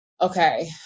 Okay